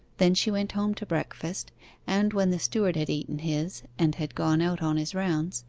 then she went home to breakfast and when the steward had eaten his, and had gone out on his rounds,